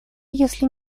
если